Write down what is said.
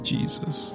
Jesus